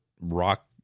rock